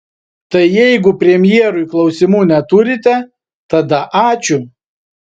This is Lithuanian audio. tai jeigu premjerui klausimų neturite tada ačiū